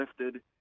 lifted